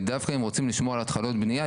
ודווקא אם רוצים לשמור על התחלות בנייה,